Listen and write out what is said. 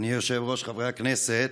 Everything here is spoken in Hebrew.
אדוני היושב-ראש, חברי הכנסת,